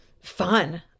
fun